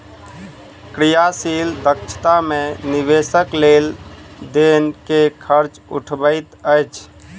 क्रियाशील दक्षता मे निवेशक लेन देन के खर्च उठबैत अछि